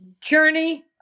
journey